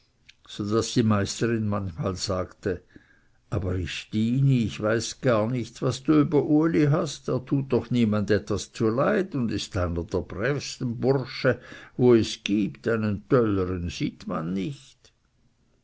so daß die meisterin manchmal sagte aber stini ich weiß gar nicht was du über uli hast er tut doch niemand etwas zuleid und ist einer von den brävsten bursche wo es gibt einen tölleren sieht man nicht